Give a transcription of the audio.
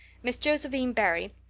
miss josephine barry,